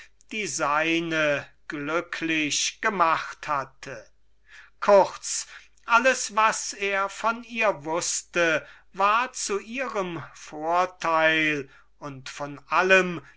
seinige glücklich gemacht hatte kurz alles was er von ihr wußte war zu ihrem vorteil und von allem